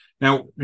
Now